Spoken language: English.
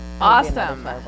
Awesome